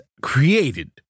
created